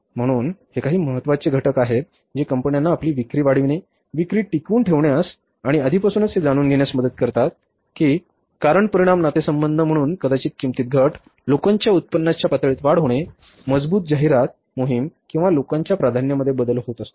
म्हणून हे काही महत्त्वाचे घटक आहेत जे कंपन्यांना आपली विक्री वाढविणे विक्री टिकवून ठेवण्यास आणि आधीपासूनच हे जाणून घेण्यास मदत करतात की कारण परिणाम नातेसंबंध म्हणून कदाचित किंमतीत घट लोकांच्या उत्पन्नाच्या पातळीत वाढ होणे मजबूत जाहिरात मोहिम किंवा लोकांच्या प्राधान्यांमध्ये बदल होत असतो